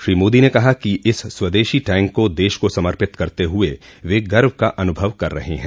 श्री मोदी ने कहा कि इस स्वदेशी टैंक को देश को समर्पित करते हुए वे गर्व का अनुभव कर रहे हैं